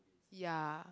ya